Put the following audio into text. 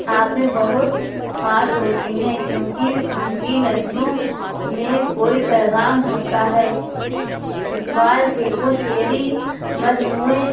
آپ میں بہت خاص ہوتی ہیں کیوں کہ ان کی نظموں میں کوئی پیغام ہوتا ہے اقبال کے کچھ شعری مجموعے